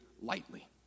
lightly